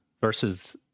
versus